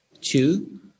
Two